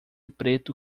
preto